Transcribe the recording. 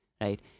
right